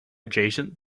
adjacent